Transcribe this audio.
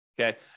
Okay